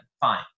Fine